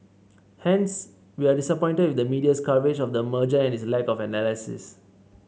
hence we are disappointed with the media's coverage of the merger and its lack of analysis